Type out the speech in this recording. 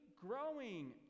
growing